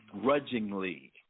grudgingly